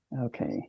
okay